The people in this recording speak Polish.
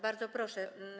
Bardzo proszę.